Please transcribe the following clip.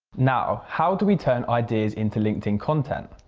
now, how do we turn ideas into linkedin content?